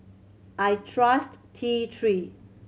I trust T Three